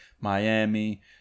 Miami